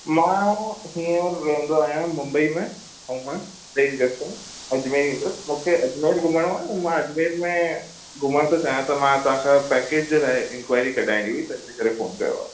मां हीअंर रहंदो आहियां मुंबई में और मां पेइंग गेस्ट आहियां अजमेर ईंदुसि मूंखे अजमेर घुमणो आहे मां अजमेर में घुमण थो चाहियां त मां तव्हांखां पैकेज जे लाइ इंक्वायरी कढाइणी हुई त इन करे फ़ोन कयो आहे